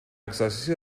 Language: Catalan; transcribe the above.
exercici